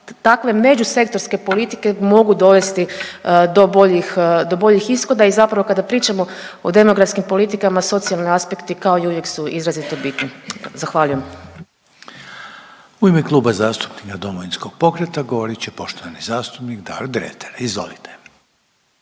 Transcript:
takve međusektorske politike mogu dovesti do bolji, do boljih ishoda i zapravo kada pričamo o demografskim politikama, socijalni aspekti kao i uvijek su izrazito bitni. Zahvaljujem. **Reiner, Željko (HDZ)** U ime Kluba zastupnika Domovinskog pokreta govorit će poštovani zastupnik Davor Dretar. Izvolite.